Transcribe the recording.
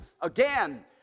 again